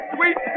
Sweet